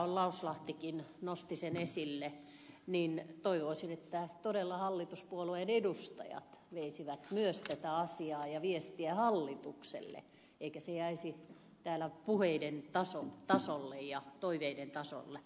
lauslahtikin nosti sen esille että todella hallituspuolueiden edustajat veisivät myös tätä asiaa ja viestiä hallitukselle eikä se jäisi täällä puheiden ja toiveiden tasolle